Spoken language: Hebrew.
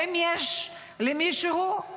האם יש למישהו, נכון,